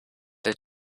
that